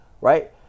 right